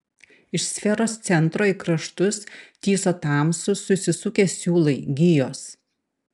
iš sferos centro į kraštus tįso tamsūs susisukę siūlai gijos